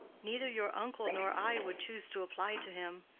neither your uncle nor i would choose to apply to him.